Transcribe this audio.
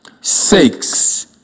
six